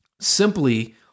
simply